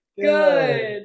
good